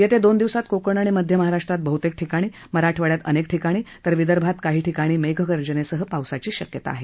येत्या दोन दिवसात कोकण आणि मध्य महाराष्ट्रात बहुतेक ठिकाणी मराठवाड्यात अनेक ठिकाणी तर विदर्भात काही ठिकाणी मेघगर्जनेसह पावसाची शक्यता आहे